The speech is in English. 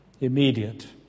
Immediate